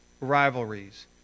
rivalries